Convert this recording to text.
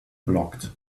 blocked